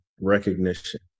recognition